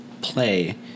play